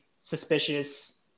suspicious